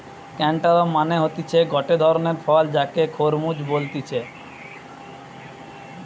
cantaloupe মানে হতিছে গটে ধরণের ফল যাকে খরমুজ বলতিছে